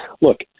Look